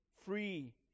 free